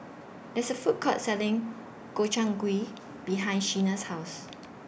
There IS A Food Court Selling Gobchang Gui behind Shena's House